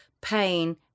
pain